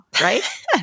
right